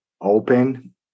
open